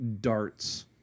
darts